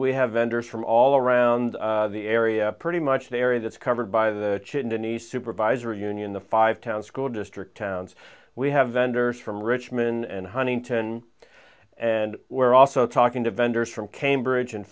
we have vendors from all around the area pretty much the area that's covered by the chimneys supervisor union the five towns school district towns we have vendors from richmond and huntington and we're also talking to vendors from cambridge